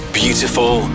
beautiful